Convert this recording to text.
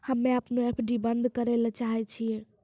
हम्मे अपनो एफ.डी बन्द करै ले चाहै छियै